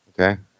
Okay